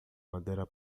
madeira